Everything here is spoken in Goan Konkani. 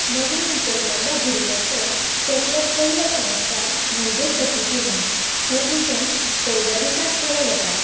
नवीन जाल्ल्या भुरग्याचो केल्लो पयलो संस्कार म्हणजेच सटी पुजन हे पुजन सव्या दिसांक केलें वता त्या दिसाक